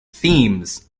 themes